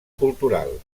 cultural